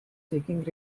seeking